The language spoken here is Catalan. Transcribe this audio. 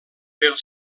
pel